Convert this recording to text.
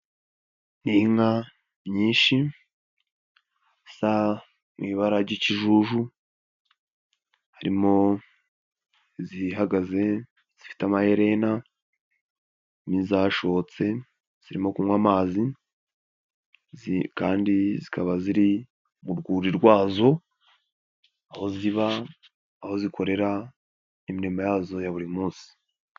Ni nka nyinshi zisa mu ibara ry'ikijuju, harimo izihagaze zifite amaherena n'izashotse zirimo kunywa amazi kandi zikaba ziri mu rwuri rwazo, aho ziba aho zikorera imirimo yazo ya buri munsi.